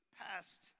past